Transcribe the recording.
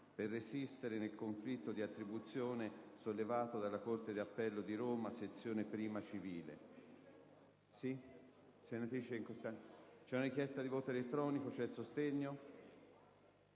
per resistere nel conflitto di attribuzione sollevato dalla Corte d'appello di Roma - Sezione Prima civile.